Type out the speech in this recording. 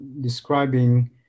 describing